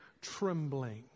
trembling